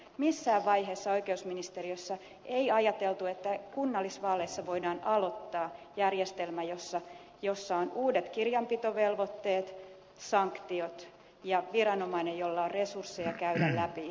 missään vaiheessa oikeusministeriössä ei ajateltu että kunnallisvaaleissa voidaan aloittaa järjestelmä jossa on uudet kirjanpitovelvoitteet sanktiot ja viranomainen jolla on resursseja käydä läpi ilmoituksia